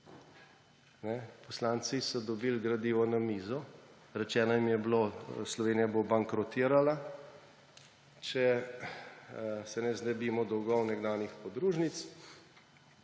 Poslanci so dobili gradivo na mizo, rečeno jim je bilo, Slovenija bo bankrotirala, če se ne znebimo dolgov nekdanjih podružnic,